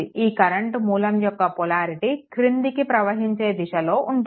ఈ కరెంట్ మూలం యొక్క పొలారిటీ క్రిందికి ప్రవహించే దిశలో ఉంటుంది